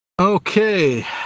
okay